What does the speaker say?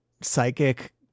psychic